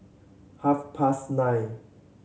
half past nine